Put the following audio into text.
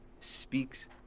speaks